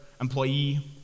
employee